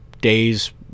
days